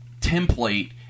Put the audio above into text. template